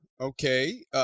okay